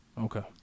okay